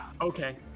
Okay